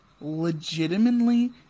legitimately